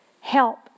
help